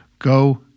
Go